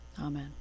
Amen